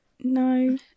No